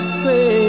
say